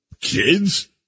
kids